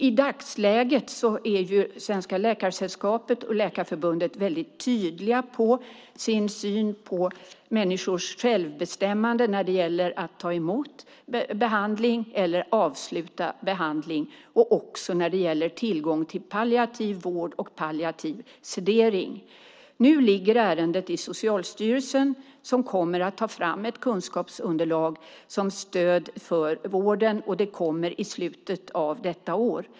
I dagsläget är Svenska Läkaresällskapet och Läkarförbundet väldigt tydliga med sin syn på människors självbestämmande när det gäller att ta emot eller avsluta behandling och också när det gäller tillgång till palliativ vård och palliativ sedering. Nu ligger ärendet i Socialstyrelsen, som kommer att ta fram ett kunskapsunderlag som stöd för vården, och det kommer i slutet av detta år.